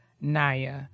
Naya